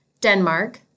Denmark